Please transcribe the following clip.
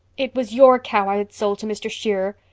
it was your cow i had sold to mr. shearer.